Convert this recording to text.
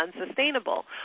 unsustainable